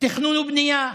תכנון ובנייה,